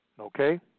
Okay